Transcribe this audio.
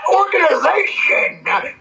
organization